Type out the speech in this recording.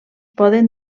poden